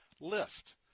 list